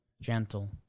Gentle